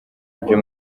ibyo